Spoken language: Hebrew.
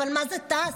אבל מה זה טס,